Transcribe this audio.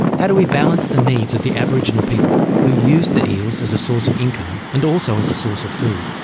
how do we balance the needs of the aboriginal people who use the eels as a source of income and also as a source of food?